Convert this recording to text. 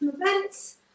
events